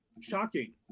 shocking